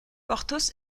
porthos